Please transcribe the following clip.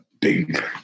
big